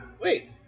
wait